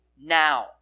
now